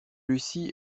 lucy